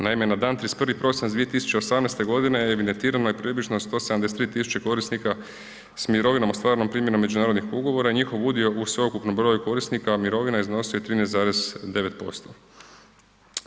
Naime, na dan 31. prosinac 2018. godine evidentirano je približno 173.000 korisnika s mirovinom ostvarenom primjenom međunarodnih ugovora i njihov udio u sveukupnom broju korisnika mirovina iznosio je 13,9%